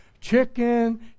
chicken